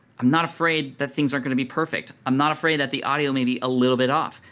i'm not afraid that things aren't gonna be perfect. i'm not afraid that the audio may be a little bit off.